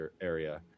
area